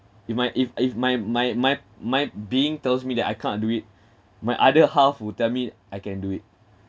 you might if if my my my my being tells me that I can't do it my other half will tell me I can do it